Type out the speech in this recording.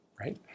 Right